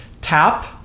tap